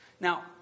Now